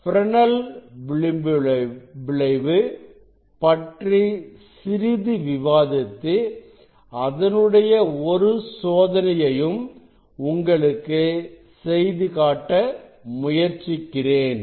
Fresnel விளிம்பு விளைவு பற்றி சிறிது விவாதித்து அதனுடைய ஒரு சோதனையும் உங்களுக்கு செய்துகாட்ட முயற்சிக்கிறேன்